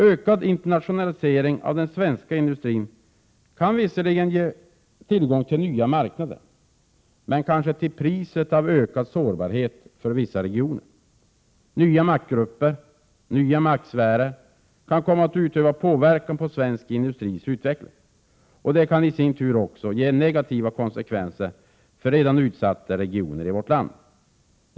Ökad internationalisering av den svenska industrin kan visserligen ge tillgång till nya marknader, men kanske till priset av ökad sårbarhet för vissa regioner. Nya maktgrupper, nya maktsfärer kan komma att utöva påverkan på svensk industris utveckling. Det kan i sin tur också ge negativa konsekvenser för redan utsatta regioner i vårt land.